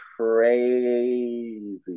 crazy